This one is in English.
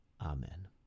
Amen